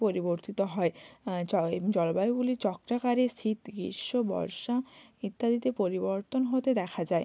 পরিবর্তিত হয় জলবায়ুগুলি চক্রাকারে শীত গ্রীষ্ম বর্ষা ইত্যাদিতে পরিবর্তন হতে দেখা যায়